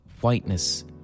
whiteness